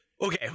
okay